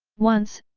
once,